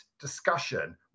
discussion